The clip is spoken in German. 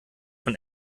von